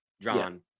John